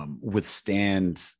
Withstand